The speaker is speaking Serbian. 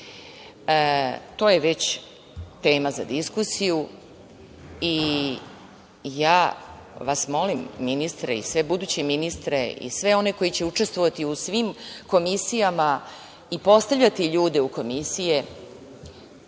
to je već tema za diskusiju. Ja vas molim, ministre, i sve buduće ministre i sve one koji će učestvovati u svim komisijama i postavljati ljude u komisije,